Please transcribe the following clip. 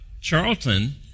Charlton